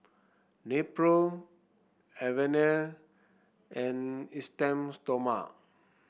Nepro Avene and Esteem Stoma